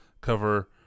cover